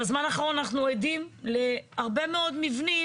בזמן האחרון אנחנו עדים להרבה מאוד מבנים